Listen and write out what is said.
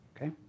okay